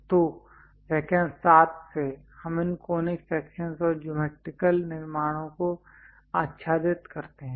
तो व्याख्यान 7 से हम इन कॉनिक सेक्शंस और ज्योमैट्रिकल निर्माणों को आच्छादित करते हैं